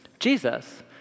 Jesus